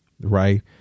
right